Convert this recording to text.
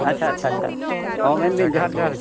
ᱟᱪᱪᱷᱟ ᱟᱪᱪᱷᱟ ᱟᱪᱪᱷᱟ ᱦᱮᱸ ᱢᱮᱱᱫᱟᱹᱧ ᱡᱚᱦᱟᱨ ᱡᱚᱦᱟᱨ